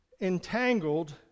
entangled